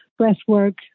breathwork